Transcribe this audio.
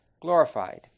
glorified